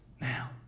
now